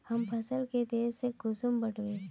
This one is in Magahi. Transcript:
हम फसल के तेज से कुंसम बढ़बे?